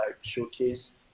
showcase